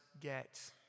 get